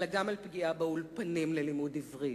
אלא גם על פגיעה באולפנים ללימוד עברית,